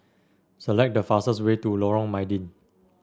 select the fastest way to Lorong Mydin